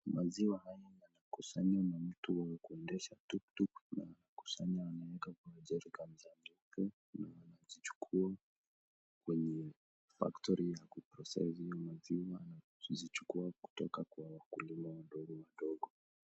Maziwa haya yamekusanywa na mtu wa kuendesha tuktuk, nakusanya anaweka kwa jerikani za nyeupe, na anazichukua factory ya kuprocess hii maziwa anazichukua kutoka kwa wakulima wadogo wadogo.